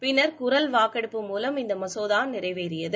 பின்னர் குரல் வாக்கெடுப்பு மூலம் இந்த மசோதா நிறைவேறியது